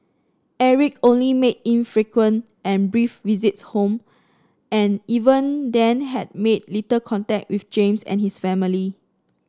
Eric only made infrequent and brief visits home and even then had made little contact with James and his family